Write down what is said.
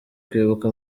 kwibuka